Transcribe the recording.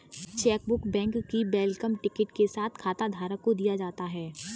chequebook bank की welcome kit के साथ खाताधारक को दिया जाता है